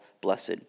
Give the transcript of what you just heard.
blessed